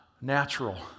natural